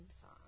song